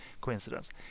coincidence